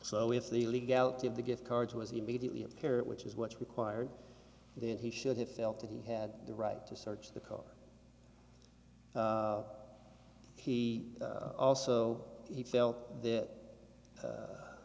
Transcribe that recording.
so if the legality of the gift card was immediately apparent which is what is required then he should have felt that he had the right to search the car he also he felt that